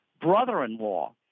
brother-in-law